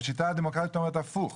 השיטה הדמוקרטית אומרת הפוך: